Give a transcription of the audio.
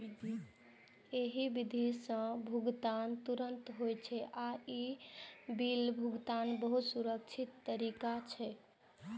एहि विधि सं भुगतान तुरंत होइ छै आ ई बिल भुगतानक बहुत सुरक्षित तरीका छियै